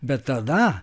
bet tada